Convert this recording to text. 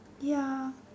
ya